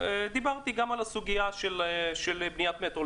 דיברתי גם על הסוגיה של בניית מטרו.